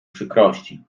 przykrości